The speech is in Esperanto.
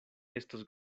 estos